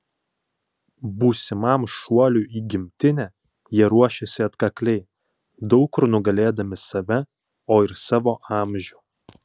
būsimam šuoliui į gimtinę jie ruošėsi atkakliai daug kur nugalėdami save o ir savo amžių